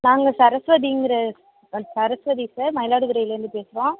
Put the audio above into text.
நாங்கள் சரஸ்வதிங்கிற சரஸ்வதி சார் மயிலாடுதுறையிலேருந்து பேசுகிறோம்